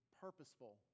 purposeful